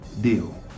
deal